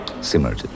similar